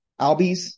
Albies